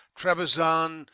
trebizon,